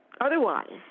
otherwise